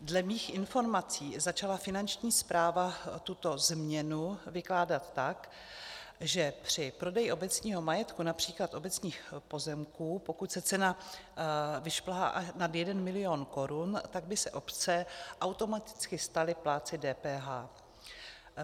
Dle mých informací začala Finanční správa tuto změnu vykládat tak, že při prodeji obecního majetku, například obecních pozemků, pokud se cena vyšplhá nad 1 milion korun, tak by se obce automaticky staly plátci DPH.